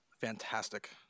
fantastic